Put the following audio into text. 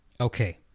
okay